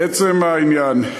לעצם העניין.